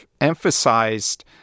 emphasized